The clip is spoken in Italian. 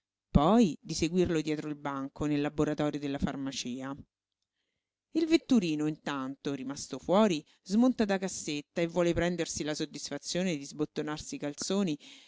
poi di seguirlo dietro il banco nel laboratorio della farmacia il vetturino intanto rimasto fuori smonta da cassetta e vuole prendersi la soddisfazione di sbottonarsi i calzoni